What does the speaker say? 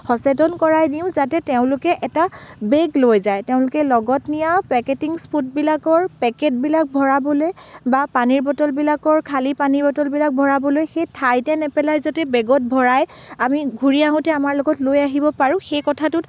সচেতন কৰাই দিওঁ যাতে তেওঁলোকে এটা বেগ লৈ যায় তেওঁলোকে লগত নিয়া পেকেটিংচ ফুডবিলাকৰ পেকেটবিলাক ভৰাবলৈ বা পানীৰ বটলবিলাকৰ খালী পানীৰ বটলবিলাক ভৰাবলৈ সেই ঠাইতে নেপেলাই যদি বেগত ভৰাই আমি ঘুৰি আহোঁতে আমাৰ লগত লৈ আহিব পাৰোঁ সেই কথাটোত